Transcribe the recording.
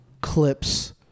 clips